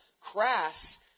crass